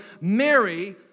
Mary